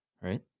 right